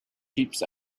keeps